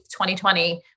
2020